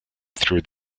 three